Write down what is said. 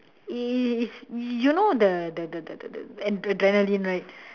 is you know the the the the the adrenaline right